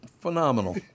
phenomenal